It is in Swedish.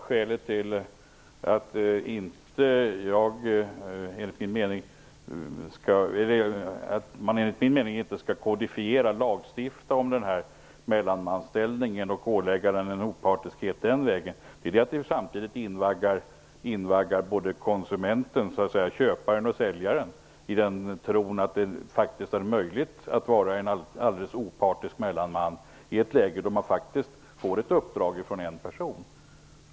Fru talman! Skälet till att man enligt min mening inte skall kodifiera, lagstifta om mellanmansställningen och pålägga en opartiskhet den vägen är att det samtidigt invaggar konsumenten, dvs. både köparen och säljaren, i tron att det faktiskt är möjligt att vara en alldeles opartiskt mellanman i ett läge där man faktiskt får ett uppdrag från en person.